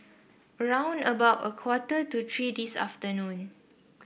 round about a quarter to three this afternoon